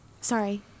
Sorry